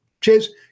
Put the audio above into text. Cheers